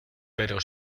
pero